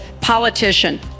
politician